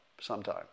sometime